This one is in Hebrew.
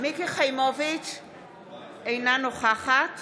אינה נוכחת